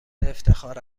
افتخار